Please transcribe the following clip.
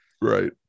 Right